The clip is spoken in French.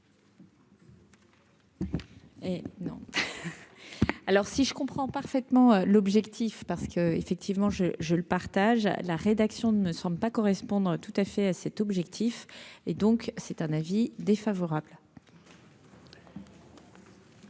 alors si je comprends parfaitement l'objectif parce que, effectivement, je je le partage de la rédaction ne me semble pas correspondre tout à fait à cet objectif et donc c'est un avis défavorable.